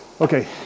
okay